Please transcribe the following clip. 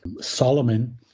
Solomon